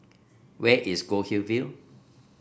where is Goldhill View